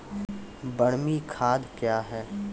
बरमी खाद कया हैं?